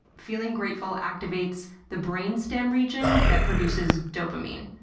feeling grateful activates the brain stem region that produces dopamine.